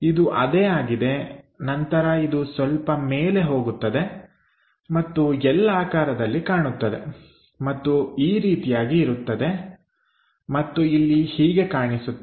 ಇದು ಅದೇ ಆಗಿದೆ ನಂತರ ಇದು ಸ್ವಲ್ಪ ಮೇಲೆ ಹೋಗುತ್ತದೆ ಮತ್ತು ಎಲ್ ಆಕಾರದಲ್ಲಿ ಕಾಣುತ್ತದೆ ಮತ್ತು ಈ ರೀತಿಯಾಗಿ ಇರುತ್ತದೆ ಮತ್ತು ಇಲ್ಲಿ ಹೀಗೆ ಕಾಣಿಸುತ್ತದೆ